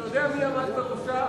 אתה יודע מי עמד בראשה?